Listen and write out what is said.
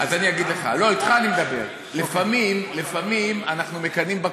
אני אגיד לך, לא, איתך אני מדבר.